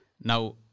Now